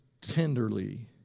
tenderly